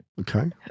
okay